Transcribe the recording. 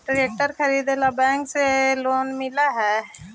ट्रैक्टरबा खरीदे मे बैंकबा से लोंबा मिल है?